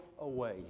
away